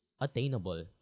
attainable